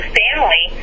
family